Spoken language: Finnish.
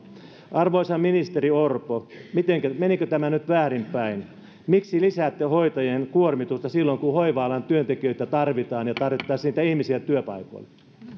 arvoisa ministeri orpo menikö tämä nyt väärinpäin miksi lisäätte hoitajien kuormitusta silloin kun hoiva alan työntekijöitä tarvitaan ja tarvittaisiin niitä ihmisiä työpaikoille